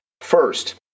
First